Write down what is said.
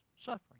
suffering